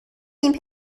این